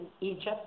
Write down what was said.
Egypt